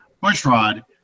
Bushrod